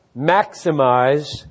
maximize